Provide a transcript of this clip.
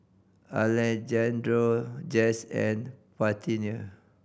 Alejandro Jess and Parthenia